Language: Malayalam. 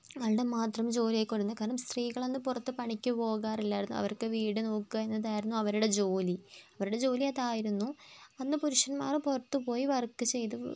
ആൾടെ മാത്രം ജോലി ആയികൊണ്ടിരുന്നു കാരണം സ്ത്രീകൾ അന്ന് പുറത്ത് പണിക്ക് പോകാറില്ലായിരുന്നു അവർക്ക് വീട് നോക്കാൻ അതായിരുന്നു അവരുടെ ജോലി അവരുടെ ജോലി അതായിരുന്നു അന്ന് പുരുഷന്മാർ പുറത്ത് പോയി വർക്ക് ചെയ്ത്